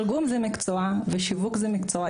תרגום זה מקצוע ושיווק זה מקצוע.